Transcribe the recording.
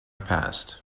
passed